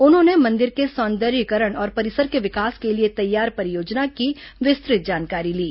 उन्होंने मंदिर के सौदर्यीकरण और परिसर के विकास के लिए तैयार परियोजना की विस्तृत जानकारी ली